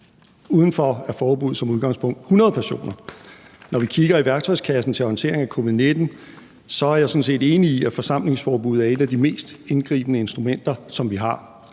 Udenfor er forbuddet som udgangspunkt 100 personer. Når vi kigger i værktøjskassen til håndtering af covid-19, er jeg sådan set enig i, at forsamlingsforbuddet er et af de mest indgribende instrumenter, som vi har.